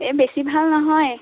এই বেছি ভাল নহয়